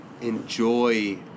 enjoy